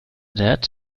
that